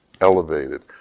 elevated